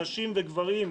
נשים וגברים,